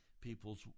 Peoples